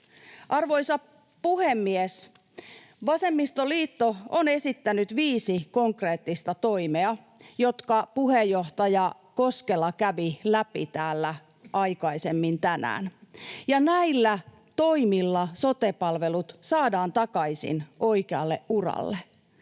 Arvoisa puhemies! Vasemmistoliitto on esittänyt viisi konkreettista toimea, jotka puheenjohtaja Koskela kävi läpi täällä aikaisemmin tänään, ja näillä toimilla sote-palvelut saadaan takaisin oikealle uralle.